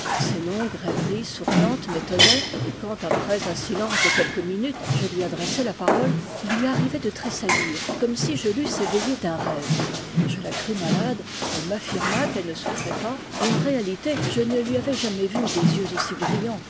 ses longues rêveries souriantes m'étonnaient et quand après un silence de quelques minutes je lui adressais la parole il lui arrivait de tressaillir comme si je l'eusse éveillée d'un rêve je la crus malade elle m'affirma qu'elle ne souffrait pas et en réalité je ne lui avais jamais vu des yeux aussi brillans